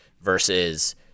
versus